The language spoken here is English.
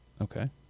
Okay